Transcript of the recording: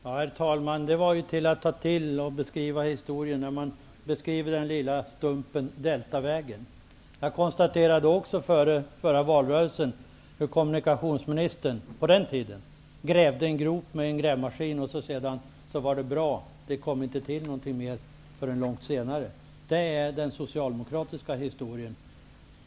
Herr talman! Det var att ta till, att ta upp den lilla stumpen Deltavägen när man talar om historien. Jag konstaterade också i förra valrörelsen att dåvarande kommunikationsministern grävde en grop med grävmaskin, och sedan var det bra. Inget mer kom till förrän långt senare. Det är den socialdemokratiska historien.